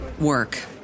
work